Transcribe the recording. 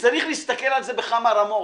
וצריך להסתכל על זה בכמה רמות.